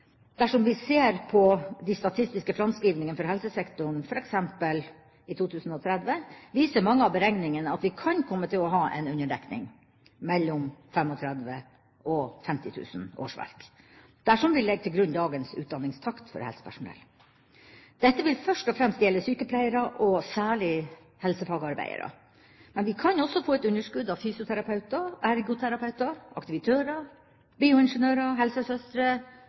Dersom vi ser på de statistiske framskrivningene for helsesektoren f.eks. i 2030, viser mange av beregningene at vi kan komme til å ha en underdekning på mellom 35 000 og 50 000 årsverk – dersom vi legger til grunn dagens utdanningstakt for helsepersonell. Dette vil først og fremst gjelde sykepleiere og særlig helsefagarbeidere. Men vi kan også få et underskudd av fysioterapeuter, ergoterapeuter, aktivitører, bioingeniører, helsesøstre